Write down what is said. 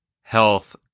health